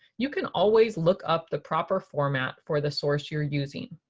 you can always look up the proper format for the source you're using.